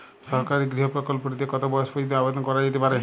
সরকারি গৃহ প্রকল্পটি তে কত বয়স পর্যন্ত আবেদন করা যেতে পারে?